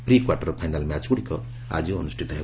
pre quarter final ମ୍ୟାଚ୍ଗୁଡ଼ିକ ଆଜି ଅନୁଷ୍ଠିତ ହେବ